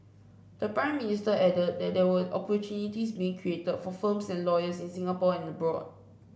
the Prime Minister added that there were opportunities being created for firms and lawyers in Singapore and abroad